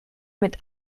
mit